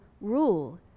rule